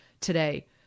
today